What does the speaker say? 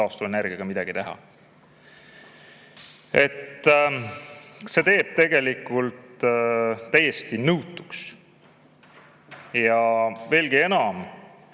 taastuvenergiaga midagi teha. See teeb tegelikult täiesti nõutuks. Ja veelgi enam,